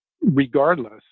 regardless